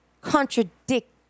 Contradict